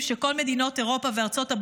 שכל מדינות אירופה וארצות הברית,